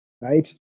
right